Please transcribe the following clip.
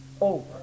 over